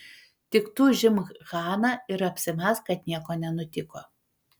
tu tik užimk haną ir apsimesk kad nieko nenutiko